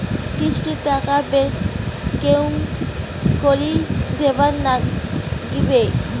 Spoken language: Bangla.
কিস্তির টাকা কেঙ্গকরি দিবার নাগীবে?